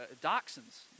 Dachshunds